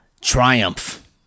Triumph